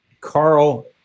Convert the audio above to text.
Carl